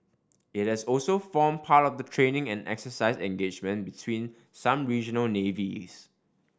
it has also formed part of the training and exercise engagements between some regional navies